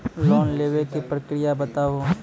Loan लेवे के प्रक्रिया बताहू?